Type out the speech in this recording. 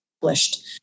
published